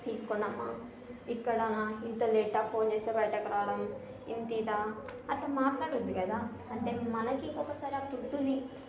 తీసుకోండమ్మా ఇక్కడనా ఇంత లేటా ఫోన్ చేస్తే బయటకు రావడం ఎంత ఇదా అట్లా మాట్లాడవద్దు కదా అంటే మనకి ఇంకొకసారి ఆ ఫుడ్డుని